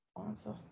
answer